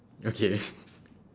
okay